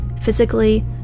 physically